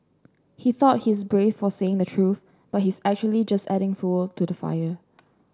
he thought he's brave for saying the truth but he's actually just adding fuel to the fire